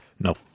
No